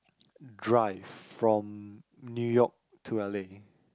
drive from New York to L_A